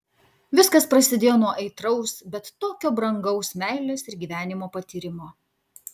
viskas prasidėjo nuo aitraus bet tokio brangaus meilės ir gyvenimo patyrimo